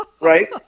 right